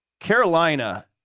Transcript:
Carolina